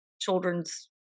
Children's